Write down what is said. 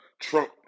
Trump